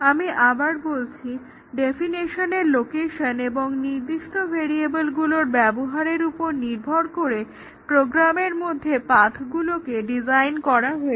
আমি আবার বলছি ডেফিনেশনের লোকেশন এবং নির্দিষ্ট ভেরিয়েবলগুলোর ব্যবহারের উপর নির্ভর করে প্রোগ্রামের মধ্যে পাথ্গুলোকে ডিফাইন করা হয়েছে